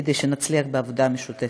כדי שנצליח בעבודה המשותפת.